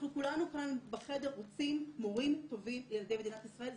כולנו כאן בחדר רוצים מורים טובים לילדי מדינת ישראל.